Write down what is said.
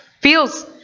feels